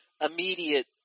immediate